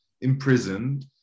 imprisoned